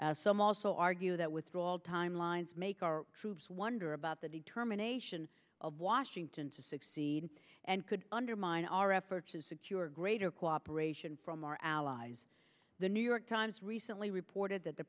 some also argue that withdrawal timelines make our troops wonder about the determination of washington to succeed and could undermine our efforts to secure greater cooperation from our allies the new york times recently reported that the